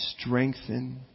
strengthen